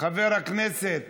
חבר הכנסת